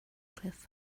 cliff